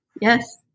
yes